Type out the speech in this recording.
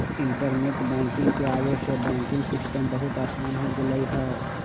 internet banking के आवे से बैंकिंग सिस्टम बहुत आसान हो गेलई ह